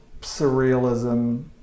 surrealism